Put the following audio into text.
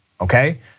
okay